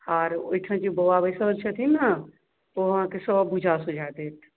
आर ओहिठाम जे बउआ बैसल छथिन ने ओ अहाँकेँ सब बुझा सुझा देत